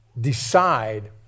decide